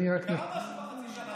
קרה משהו בחצי שנה האחרונה.